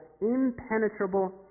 impenetrable